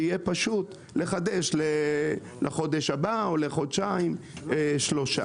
כך שאפשר יהיה לחדש לחודש או חודשיים-שלושה מראש.